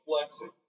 flexing